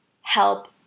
help